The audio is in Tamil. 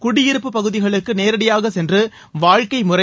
குடியிருப்பு பகுதிகளுக்கு நேரடியாக சென்று வாழ்க்கைமுறை